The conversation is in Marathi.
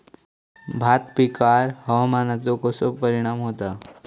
भात पिकांर हवामानाचो कसो परिणाम होता?